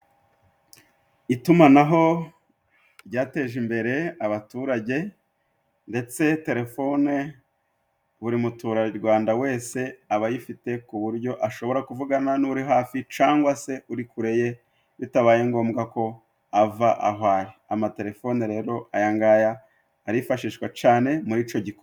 Itumanaho ryateje imbere abaturage, ndetse telefone buri muturarwanda wese aba ayifite ku buryo ashobora kuvugana n'uri hafi cangwa se uri kure ye, bitabaye ngombwa ko ava aho ari. Amatelefone rero aya ngaya arifashishwa cane muri ico gikorwa.